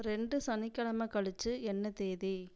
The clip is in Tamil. ரெண்டு சனிக்கெழமை கழித்து என்ன தேதி